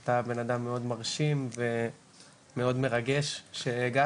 אתה בן אדם מאוד מרשים ומרגש שהגעת,